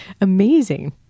amazing